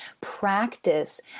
practice